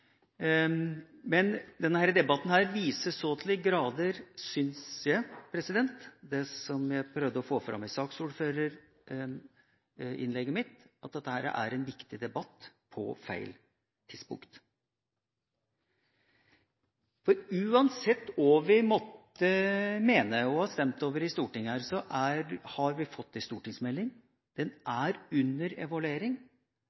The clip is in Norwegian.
Som jeg prøvde å få fram i saksordførerinnlegget mitt, viser denne debatten så til de grader at dette er en viktig debatt på feil tidspunkt. Uansett hva vi måtte mene og har stemt over i Stortinget, har vi fått en stortingsmelding, og den